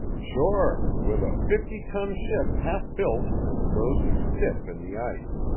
sure, with a fifty-ton ship half built and frozen stiff in the ice.